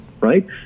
right